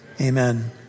amen